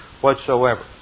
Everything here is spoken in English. whatsoever